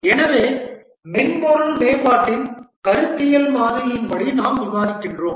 எனவே மென்பொருள் மேம்பாட்டின் கருத்தியல் மாதிரியின்படி நாம் விவாதிக்கின்றோம்